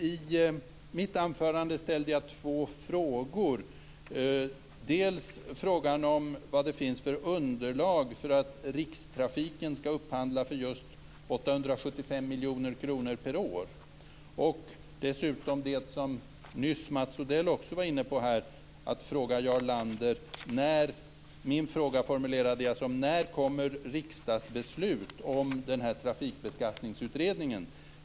I mitt anförande ställde jag två frågor, dels frågan vad det finns för underlag för att rikstrafiken skall upphandla för just 875 miljoner kronor per år, dels frågan, som Mats Odell också var inne på, när riksdagsbeslut om den här trafikbeskattningsutredningen kommer.